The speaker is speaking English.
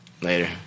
Later